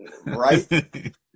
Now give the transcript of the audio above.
right